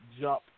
Jump